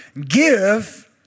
Give